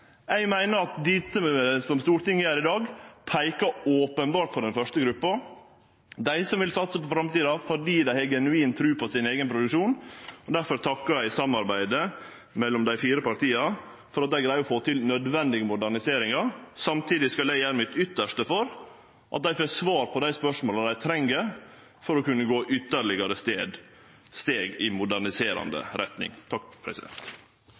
Eg meiner at det som Stortinget gjer i dag, peikar openbert på den første gruppa, dei som vil satse på framtida fordi dei har genuin tru på sin eigen produksjon. Difor takkar eg for samarbeidet mellom dei fire partia og for at ein greier å få til nødvendige moderniseringar. Samtidig skal eg gjere mitt beste for at dei får svar på dei spørsmåla dei treng å få svar på, for å kunne gå ytterlegare steg i